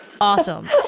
awesome